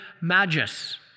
Magus